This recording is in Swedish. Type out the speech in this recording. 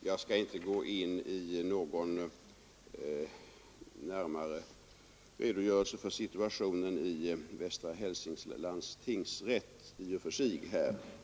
Herr talman! Jag skall inte gå in på någon närmare redogörelse för situationen i västra Hälsinglands tingsrätt.